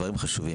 דברים חשובים.